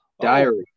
diary